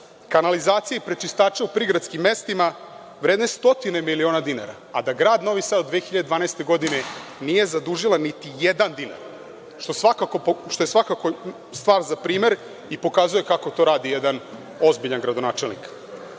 kanalizacije i prečistače u prigradskim mestima vredne stotine miliona dinara, a da grad Novi Sad od 2012. godine nije zadužila niti jedan dinar, što je svakako stvar za primer i pokazuje kako to radi jedan ozbiljan gradonačelnik. Nažalost,